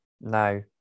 No